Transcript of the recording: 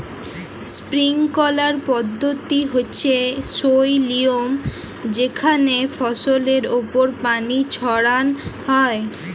sprinkler পদ্ধতি হচ্যে সই লিয়ম যেখানে ফসলের ওপর পানি ছড়ান হয়